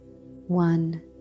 one